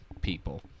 people